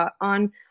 on